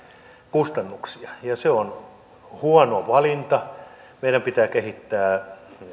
kustannuksia ja se on huono valinta meidän pitää kehittää